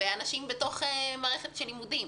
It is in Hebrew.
ואנשים בתוך מערכת של לימודים.